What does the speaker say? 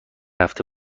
هفته